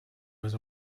was